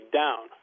down